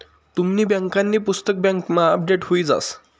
तुमनी बँकांनी पुस्तक बँकमा अपडेट हुई जास